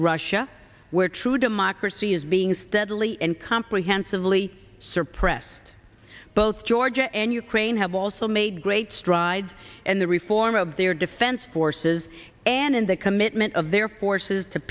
russia where true democracy is being steadily and comprehensively sir pressed both georgia and ukraine have also made great strides and the reform of their defense forces and in the commitment of their forces to